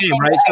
right